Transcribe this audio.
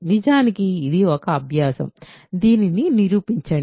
నిజానికి ఇది ఒక అభ్యాసము దీనిని నిరూపించండి